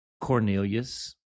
Cornelius